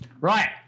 Right